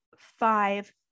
Five